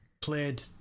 played